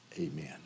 Amen